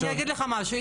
אני אגיד לך משהו,